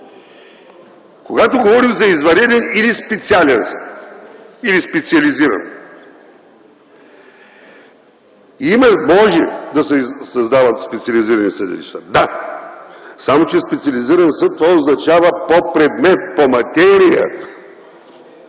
Когато говорим за извънреден или специален съд, или специализиран - има, може да се създават специализирани съдилища. Да, само че специализиран съд – това означава по предмет, по материя.